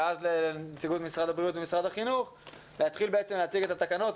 ואז נציגי משרד החינוך ומשרד הבריאות יתחילו להציג את התקנות.